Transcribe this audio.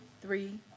three